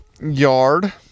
Yard